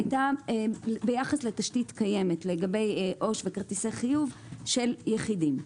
הייתה ביחס לתשתית קיימת לגבי עו"ש וכרטיסי חיוב של יחידים.